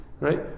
right